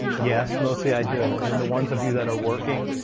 yes, mostly i do and the ones of you that are working,